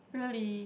really